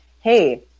hey